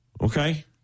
Okay